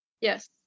Yes